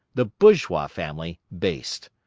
the bourgeois family, based?